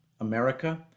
America